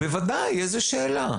בוודאי, איזה שאלה?